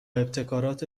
ابتکارات